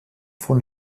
von